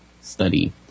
Study